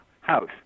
house